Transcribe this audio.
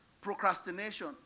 Procrastination